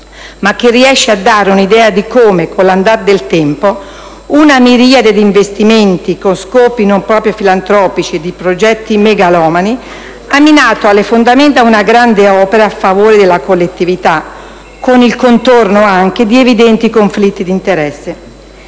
ma che riesce a dare un'idea di come, con l'andar del tempo, una miriade di investimenti con scopi non proprio filantropici e di progetti megalomani ha minato alle fondamenta una grande opera a favore della collettività, con il contorno anche di evidenti conflitti di interessi.